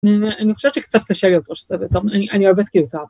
‫אני חושבת שקצת קשה להיות ראש צוות, אני אוהבת כי...